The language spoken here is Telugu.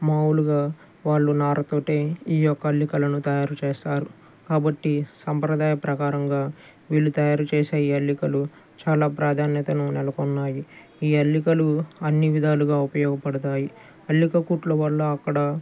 మాములుగా వాళ్ళు నారతోటే ఈ యొక్క అల్లికలను తయారు చేస్తారు కాబట్టి సంప్రదాయ ప్రకారంగా వీళ్ళు తయారు చేసే ఈ అల్లికలు చాలా ప్రాధాన్యతను నెలకొన్నాయి ఈ అల్లికలు అన్ని విధాలుగా ఉపయోగపడతాయి అల్లిక కుట్లు వల్ల అక్కడ